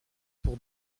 pour